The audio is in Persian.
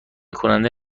کننده